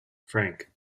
frank